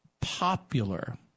popular